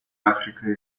африкой